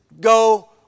go